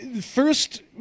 first